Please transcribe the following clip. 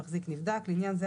"מחזיק נבדק"); לעניין זה,